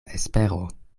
espero